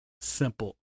simple